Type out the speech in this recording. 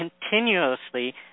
continuously